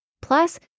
plus